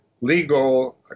legal